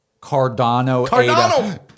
Cardano